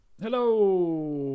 Hello